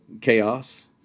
chaos